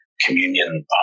communion